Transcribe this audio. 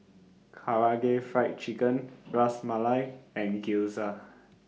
Karaage Fried Chicken Ras Malai and Gyoza